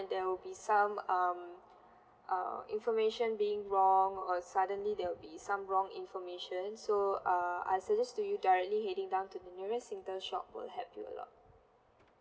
there will be some um uh information being wrong or suddenly there will be some wrong information so uh I suggest to you directly heading down to the nearest singtel shop will help you a lot